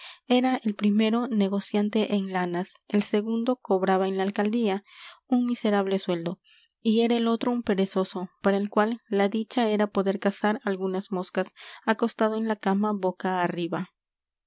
era el primero negociante en lanas el segundo cobraba en la alcaldía un miserable sueldo y era el otro un perezoso para el cual la dicha era poder cazar algunas moscas acostado en la cama boca arriba